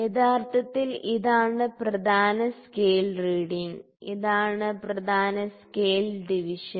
യഥാർത്ഥത്തിൽ ഇതാണ് പ്രധാന സ്കെയിൽ റീഡിങ് ഇതാണ് പ്രധാന സ്കെയിൽ ഡിവിഷൻ